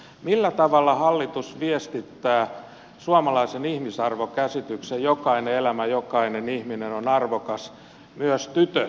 millä tavalla hallitus viestittää suomalaisen ihmisarvokäsityksen että jokainen elämä jokainen ihminen on arvokas myös tytöt